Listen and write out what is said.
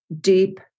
deep